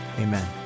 amen